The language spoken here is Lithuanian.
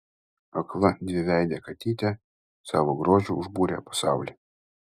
akla dviveidė katytė savo grožiu užbūrė pasaulį